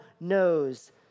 knows